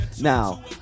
now